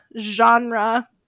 genre